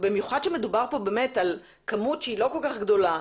במיוחד שמדובר בכמות לא גדולה,